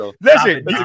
Listen